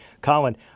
Colin